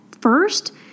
first